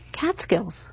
Catskills